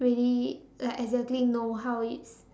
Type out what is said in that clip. really like exactly know how it